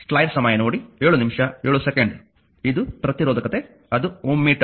ಇದು ಪ್ರತಿರೋಧಕತೆ ಅದು Ω ಮೀಟರ್